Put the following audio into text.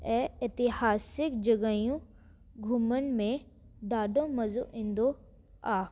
ऐं इतिहासिकु जॻहियूं घुमण में ॾाढो मज़ो ईंदो आहे